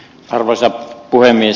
arvoisa puhemies